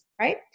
right